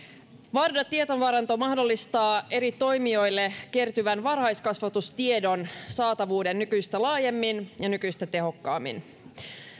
varda tietovaranto mahdollistaa eri toimijoille kertyvän varhaiskasvatustiedon saatavuuden nykyistä laajemmin ja nykyistä tehokkaammin